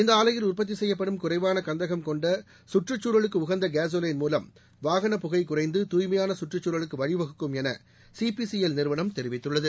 இந்த ஆலையில் உற்பத்தி செய்யப்படும் குறைவான கந்தகம் கொண்ட சுற்றுச்சூழலுக்கு உகந்த கேஸோலைன் மூலம் வாகன புகை குறைந்து தூய்மையான சுற்றுச்சூழலுக்கு வழிவகுக்கும் என சிபிசிஎல் நிறுவனம் தெரிவித்துள்ளது